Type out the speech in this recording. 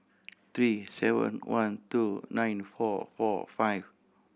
three seven one two nine four four five